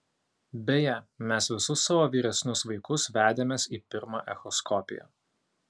beje mes visus savo vyresnius vaikus vedėmės į pirmą echoskopiją